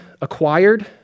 acquired